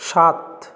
সাত